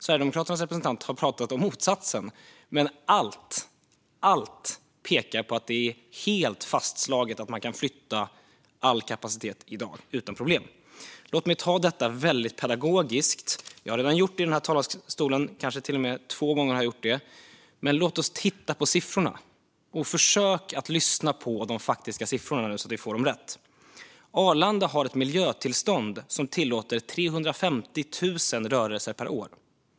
Sverigedemokraternas representant har påstått motsatsen, men allt - allt - pekar på att det är helt fastslaget att det går att flytta all kapacitet i dag, utan problem. Låt mig ta detta väldigt pedagogiskt, vilket jag redan har gjort det i den här talarstolen - kanske till och med två gånger. Men låt oss titta på siffrorna! Och försök nu att lyssna på de faktiska siffrorna, så att det blir rätt. Arlanda har ett miljötillstånd som tillåter 350 000 rörelser per år.